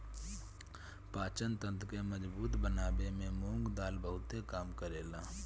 पाचन तंत्र के मजबूत बनावे में मुंग दाल बहुते काम करेला